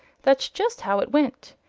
that's just how it went.